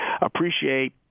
appreciate